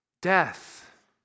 Death